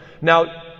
Now